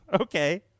okay